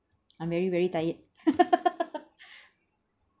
I'm very very tired